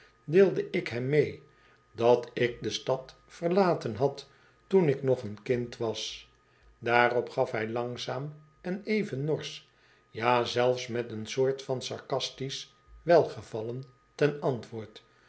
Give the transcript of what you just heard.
deelde ik hem mee dat ik de stad verlaten had toen ik nog een kind was daarop gaf hij langzaam en even norsch ja zelfs met een soort van sarcastisch welgevallen ten antwoord